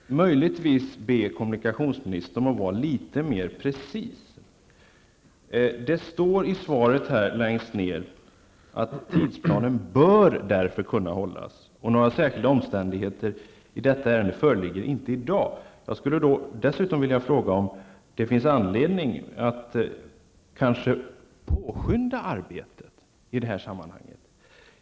Herr talman! Jag ber kommunikationsministern att vara litet mer precis. Det står i svaret att de tidpunkter som anges i överenskommelsen ''bör därför kunna hålla''. Vidare står det: ''Några särskilda omständigheter i detta ärende som skulle motivera åtgärder från min sida föreligger därmed inte.'' Jag vill då fråga: Finns det kanske anledning att påskynda arbetet i detta sammanhang?